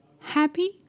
happy